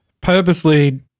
purposely